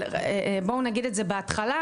אבל בואו נגיד את זה בהתחלה,